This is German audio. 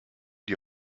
die